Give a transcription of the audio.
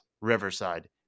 Riverside